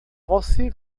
você